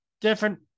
Different